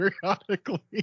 periodically